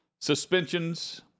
suspensions